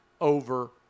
over